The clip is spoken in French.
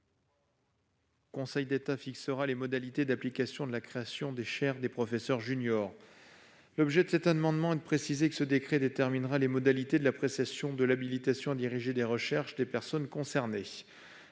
Le Conseil d'État fixera les modalités d'application de la création des chaires de professeur junior. L'objet de cet amendement est de préciser que le décret déterminera les modalités de l'appréciation de l'habilitation à diriger des recherches des personnes concernées,